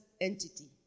entity